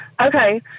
Okay